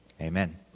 Amen